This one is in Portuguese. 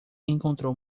encontrou